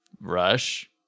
Rush